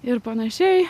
ir panašiai